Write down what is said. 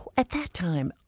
at that time,